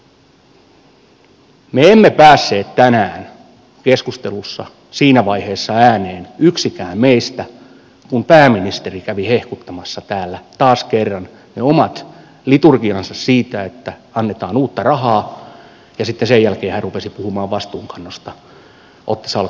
yksikään meistä ei päässyt tänään keskustelussa siinä vaiheessa ääneen kun pääministeri kävi hehkuttamassa täällä taas kerran ne omat liturgiansa siitä että annetaan uutta rahaa ja sitten sen jälkeen hän rupesi puhumaan vastuunkannosta otti salkun ja marssi ovesta ulos